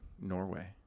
Norway